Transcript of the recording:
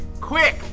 Quick